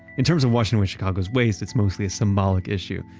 in terms of watching chicago's waste, it's mostly a symbolic issue.